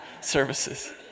services